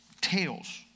tales